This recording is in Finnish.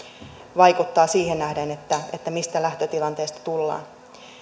vaikuttaa aika raskaalta siihen nähden mistä lähtötilanteesta tullaan